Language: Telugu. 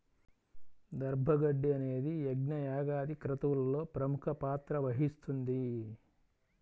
దర్భ గడ్డి అనేది యజ్ఞ, యాగాది క్రతువులలో ప్రముఖ పాత్ర వహిస్తుంది